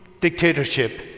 dictatorship